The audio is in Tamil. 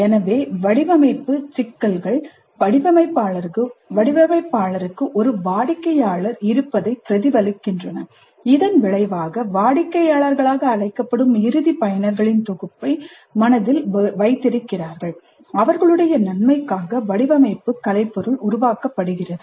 எனவே வடிவமைப்பு சிக்கல்கள் வடிவமைப்பாளருக்கு ஒரு வாடிக்கையாளர் இருப்பதைப் பிரதிபலிக்கின்றன இதன் விளைவாக வாடிக்கையாளர்களாக அழைக்கப்படும் இறுதி பயனர்களின் தொகுப்பை மனதில் வைத்திருக்கிறார்கள் அவர்களுடைய நன்மைக்காக வடிவமைப்பு கலைப்பொருள் உருவாக்கப்படுகிறது